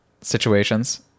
situations